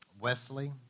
Wesley